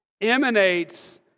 emanates